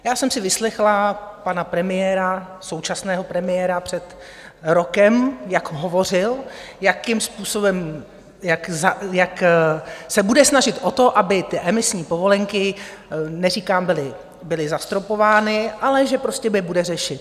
Já jsem si vyslechla pana premiéra, současného premiéra, před rokem, jak hovořil, jakým způsobem, jak se bude snažit o to, aby ty emisní povolenky, neříkám, byly zastropovány, ale že prostě je bude řešit.